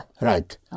Right